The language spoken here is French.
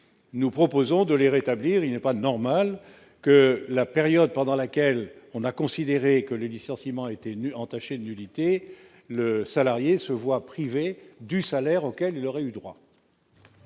nous proposons de les rétablir, il n'est pas normal que la période pendant laquelle on a considéré que les licenciements étaient venus entacher de nullité, le salarié se voit privée du salaire auquel il aurait eu droit.